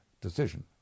decision